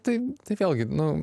tai tai vėlgi nu